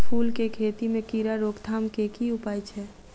फूल केँ खेती मे कीड़ा रोकथाम केँ की उपाय छै?